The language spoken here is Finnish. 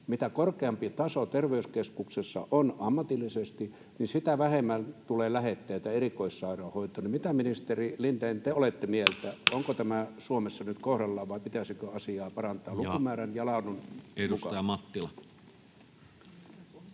Mitä korkeampi taso terveyskeskuksessa on ammatillisesti, sitä vähemmän tulee lähetteitä erikoissairaanhoitoon. Mitä mieltä, ministeri Lindén, te olette? Onko tämä Suomessa nyt kohdallaan, vai pitäisikö asiaa parantaa lukumäärän ja laadun mukaan?